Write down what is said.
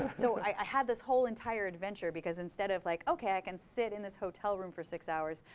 so i had this whole entire adventure because, instead of, like ok, i can sit in this hotel room for six hours,